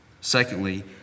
Secondly